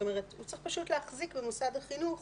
זאת אומרת הוא צריך להחזיק במוסד החינוך.